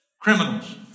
criminals